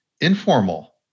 informal